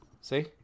See